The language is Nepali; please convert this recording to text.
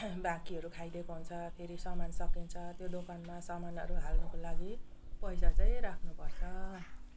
बाँकीहरू खाइदिएको हुन्छ फेरि सामान सकिन्छ त्यो दोकानमा सामानहरू हाल्नुको लागि पैसा चाहिँ राख्नु पर्छ